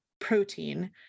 protein